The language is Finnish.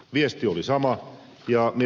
viesti oli sama